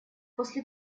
после